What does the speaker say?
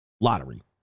lottery